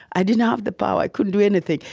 i didn't have the power. i couldn't do anything.